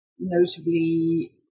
Notably